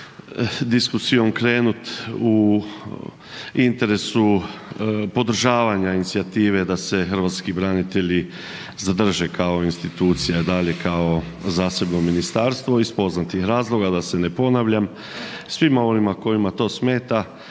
diskusijom krenuti u interesu podržavanja inicijative da se hrvatski branitelji zadrže kao institucija i dalje kao zasebno ministarstvo iz poznatih razloga da se ne ponavljam. Svima onima kojima to smeta